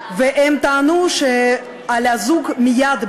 והם טענו שעל הזוג מייד,